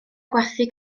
gwerthu